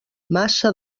massa